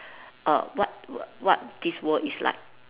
err what what what this world is like